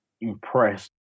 impressed